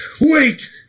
Wait